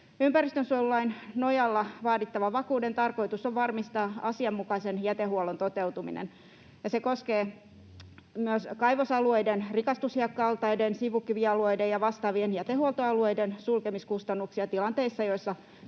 Ympäristönsuojelulain nojalla vaadittavan vakuuden tarkoitus on varmistaa asianmukaisen jätehuollon toteutuminen. Se koskee myös kaivosalueiden, rikastushiekka-altaiden, sivukivialueiden ja vastaavien jätehuoltoalueiden sulkemiskustannuksia tilanteissa, joissa